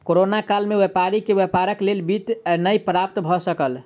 corona काल में व्यापारी के व्यापारक लेल वित्त नै प्राप्त भ सकल